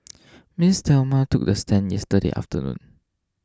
Ms Thelma took the stand yesterday afternoon